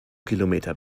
kilometer